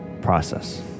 process